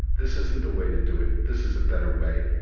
this isn't the way to do it. this is a better way.